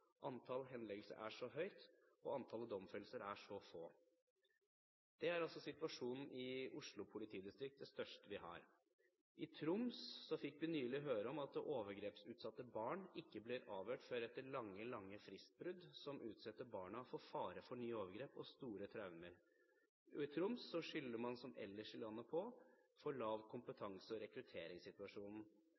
antall henleggelser er så høyt og antall domfellelser er så få. Det er altså situasjonen i Oslo politidistrikt, det største vi har. I Troms fikk vi nylig høre om at overgrepsutsatte barn ikke blir avhørt før etter lange, lange fristbrudd, som utsetter barna for fare for nye overgrep og store traumer. I Troms, som ellers i landet, skylder man på for lav kompetanse og